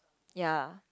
ya